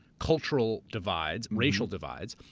cultural divides, racial divides.